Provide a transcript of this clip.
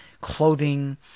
clothing